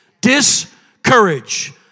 Discourage